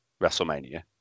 WrestleMania